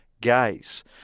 gaze